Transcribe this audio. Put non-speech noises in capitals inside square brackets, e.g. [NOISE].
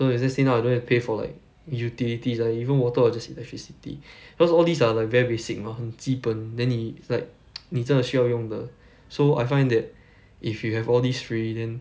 so if let's say now I don't have to pay for like utilities ah even water or just electricity because all these are like very basic mah 很基本 then 你 like [NOISE] 你真的需要用的 so I find that if you have all these free then